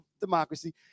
democracy